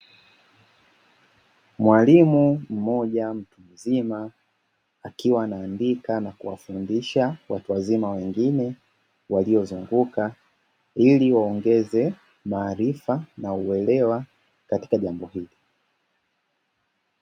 Mwalimu mmoja mtu mzima akiwa anaandika na kuwafundisha watu wazima, wengine waliozunguka ili waongeze maarifa na uelewa katika jambo hili.